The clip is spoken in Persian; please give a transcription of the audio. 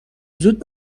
زود